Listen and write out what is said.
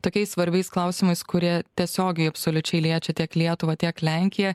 tokiais svarbiais klausimais kurie tiesiogiai absoliučiai liečia tiek lietuvą tiek lenkiją